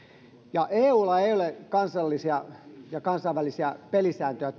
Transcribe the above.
eulla ei ole kansallisia ja kansainvälisiä pelisääntöjä